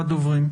בבקשה.